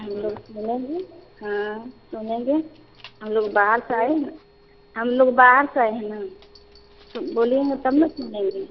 हम लोग सुनेंगे हाँ सुनेंगे हम लोग बाहर से आए हैं हम लोग बाहर से आए हैं न बोलेंगे तब न सुनेंगे